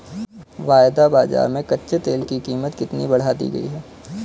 वायदा बाजार में कच्चे तेल की कीमत कितनी बढ़ा दी गई है?